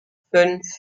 fünf